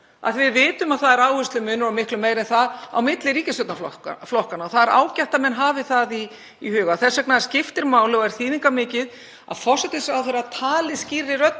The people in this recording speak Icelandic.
að við vitum að það er áherslumunur, og miklu meira en það, á ríkisstjórnarflokkunum og það er ágætt að menn hafi það í huga. Þess vegna skiptir máli og er þýðingarmikið að forsætisráðherra tali skýrri